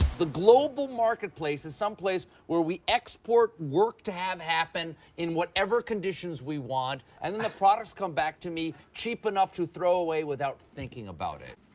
the global marketplace is some place where we export work to have happen in whatever conditions we want, and then the products come back to me, cheap enough to throw away without thinking about it.